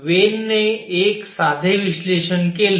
तर वेन ने एक साधे विश्लेषण केले